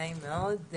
נעים מאוד.